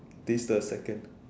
this the second